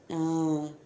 ah